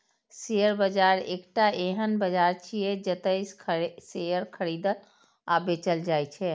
share बाजार एकटा एहन बाजार छियै, जतय शेयर खरीदल आ बेचल जाइ छै